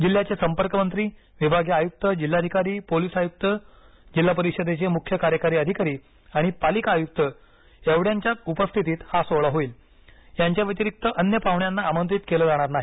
जिल्ह्याचे संपर्क मंत्री विभागीय आयुक्त जिल्हाधिकारी पोलीस आयुक्त जिल्हा परिषदेचे मुख्य कार्यकारी अधिकारी आणि पालिका आयुक्त एवद्यांच्याच उपस्थितीत हा सोहळा होईल यांच्या व्यतिरिक्त अन्य पाहण्याना आमंत्रित केलं जाणार नाही